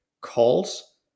calls